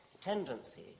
tendency